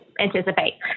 anticipate